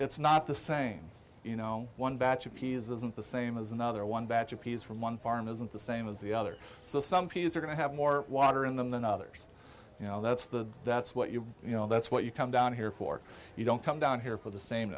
it's not the same you know one batch of p isn't the same as another one batch of peas from one farm isn't the same as the other so some peas are going to have more water in them than others you know that's the that's what you you know that's what you come down here for you don't come down here for the same